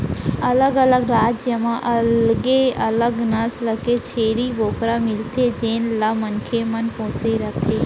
अलग अलग राज म अलगे अलग नसल के छेरी बोकरा मिलथे जेन ल मनसे मन पोसे रथें